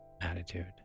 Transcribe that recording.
attitude